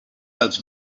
has